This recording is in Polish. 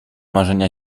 marzenia